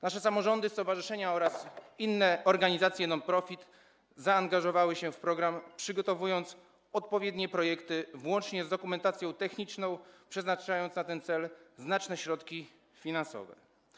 Nasze samorządy, stowarzyszenia oraz inne organizacje non profit zaangażowały się w program, przygotowując odpowiednie projekty, włącznie z dokumentacją techniczną, przeznaczając na ten cel znaczne środki finansowe.